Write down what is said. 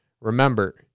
Remember